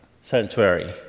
sanctuary